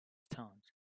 stones